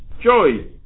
joy